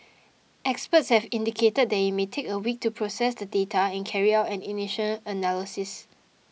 experts have indicated that it may take a week to process the data and carry out an initial analysis